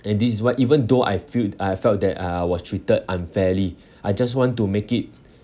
and this is why even though I feel I felt that uh was treated unfairly I just want to make it